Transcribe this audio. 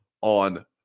on